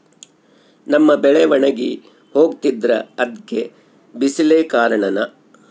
ನಮ್ಮ ಬೆಳೆ ಒಣಗಿ ಹೋಗ್ತಿದ್ರ ಅದ್ಕೆ ಬಿಸಿಲೆ ಕಾರಣನ?